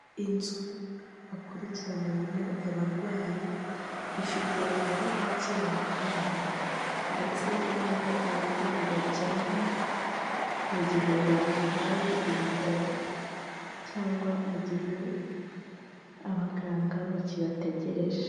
Inzu bakurikiraniramo abarwayi, ifite aho bakira abarwayi ndetse n'aho abarwayi baryama mu gihe bahawe ibitaro cyangwa mu gihe abaganga bakibategereje.